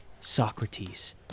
Socrates